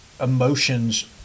emotions